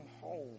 home